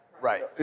Right